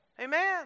Amen